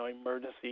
emergency